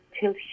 till